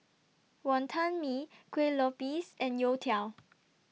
Wonton Mee Kueh Lopes and Youtiao